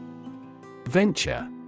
Venture